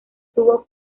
tuvo